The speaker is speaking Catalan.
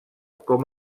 com